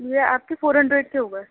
یہ آپ کے فور ہنڈریڈ کے ہو گئے